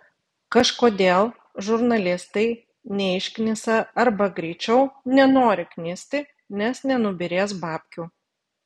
kažkodėl žurnalistai neišknisa arba greičiau nenori knisti nes nenubyrės babkių